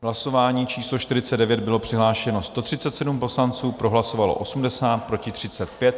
V hlasování číslo 49 bylo přihlášeno 137 poslanců, pro hlasovalo 80, proti 35.